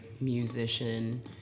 musician